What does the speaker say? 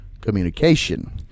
communication